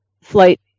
flight